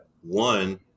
one